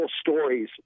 stories